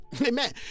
Amen